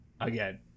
again